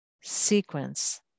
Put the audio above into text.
sequence